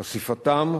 חשיפתם,